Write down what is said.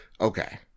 okay